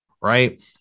right